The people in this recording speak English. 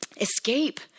escape